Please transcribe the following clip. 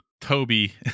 Toby